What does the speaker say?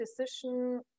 decision